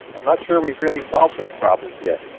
i'm not sure we've really solved those problems yet.